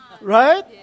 Right